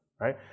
right